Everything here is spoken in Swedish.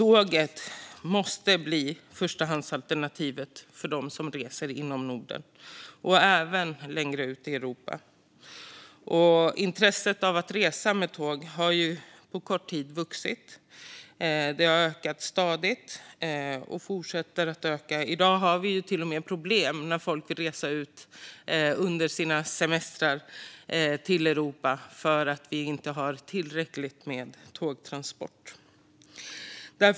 Tåget måste bli förstahandsalternativet för dem som reser inom Norden och även längre ut i Europa. Intresset för att resa med tåg har på kort tid vuxit. Det har ökat stadigt och fortsätter att öka; i dag har vi till och med problemet att folk vill resa ut i Europa på sin semester men att vi inte har tillräckligt med tågtransporter.